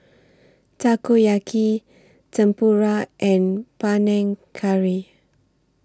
Takoyaki Tempura and Panang Curry